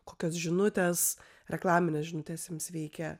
kokios žinutės reklaminės žinutės jiems veikė